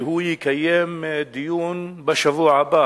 שהוא יקיים דיון בשבוע הבא.